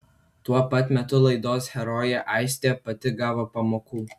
tuo pat metu laidos herojė aistė pati gavo pamokų